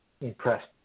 impressed